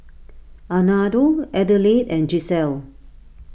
Amado Adelaide and Giselle